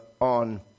on